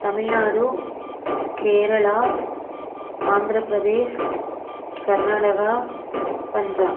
Tamil Nadu Kerala Andhra Pradesh Karnataka Punjab